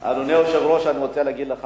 אדוני היושב-ראש, אני רוצה להגיד לך